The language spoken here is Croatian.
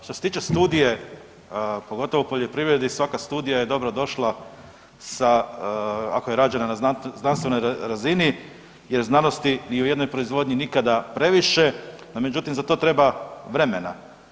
Što se tiče studije, pogotovo u poljoprivredi svaka studija je dobrodošla ako je rađena na znanstvenoj razini jer znanosti ni u jednoj proizvodnji nikada previše, no međutim za to treba vremena.